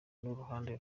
uruhande